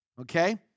Okay